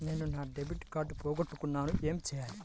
నేను నా debit card పోగొట్టుకున్నాను ఏమి చేయాలి?